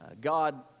God